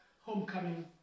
homecoming